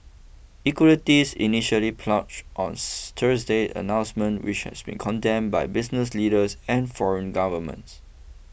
equities initially plunged on Thursday announcement which has been condemned by business leaders and foreign governments